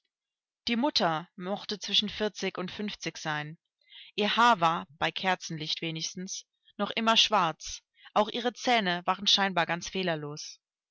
die mutter mochte zwischen vierzig und fünfzig sein ihr haar war bei kerzenlicht wenigstens noch immer schwarz auch ihre zähne waren scheinbar ganz fehlerlos